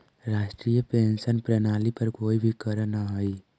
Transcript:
राष्ट्रीय पेंशन प्रणाली पर कोई भी करऽ न हई